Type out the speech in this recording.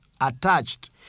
attached